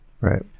Right